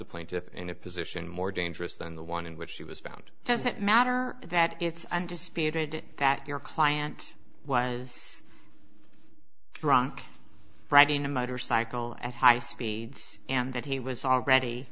the plaintiff in a position more dangerous than the one in which he was found it doesn't matter that it's undisputed that your client was drunk riding a motorcycle at high speeds and that he was already